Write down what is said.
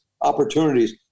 opportunities